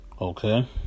Okay